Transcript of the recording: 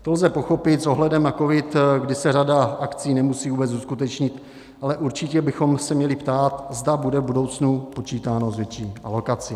To lze pochopit s ohledem na covid, kdy se řada akcí nemusí vůbec uskutečnit, ale určitě bychom se měli ptát, zda bude v budoucnu počítáno s větší alokací.